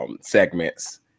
segments